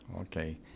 Okay